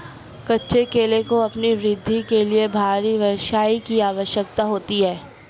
कच्चे केले को अपनी वृद्धि के लिए भारी वर्षा की आवश्यकता होती है